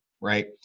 right